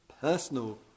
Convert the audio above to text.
personal